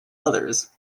others